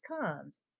cons